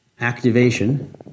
activation